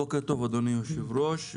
בוקר טוב, אדוני היושב ראש.